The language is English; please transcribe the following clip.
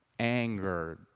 anger